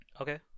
okay